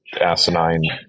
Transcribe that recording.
asinine